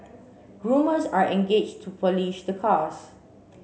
groomers are engaged to polish the cars